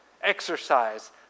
Exercise